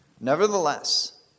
Nevertheless